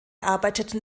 arbeiteten